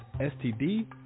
STD